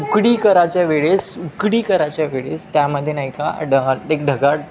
उकळी करायच्या वेळेस उकळी करायच्या वेळेस त्यामध्ये नाही का डहा एक ढगाळ